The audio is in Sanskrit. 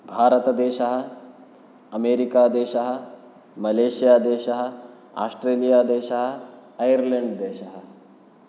भारतदेशः अमेरिकादेशः मलेषियादेशः आस्ट्रेलियादेशः ऐयर्लेण्ड्देशः